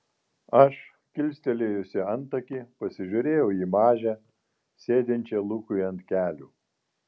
aš kilstelėjusi antakį pasižiūrėjau į mažę sėdinčią lukui ant kelių